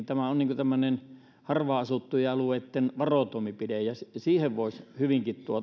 tämä on tämmöinen harvaan asuttujen alueitten varotoimenpide ja tämmöiseen voisi hyvinkin